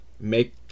make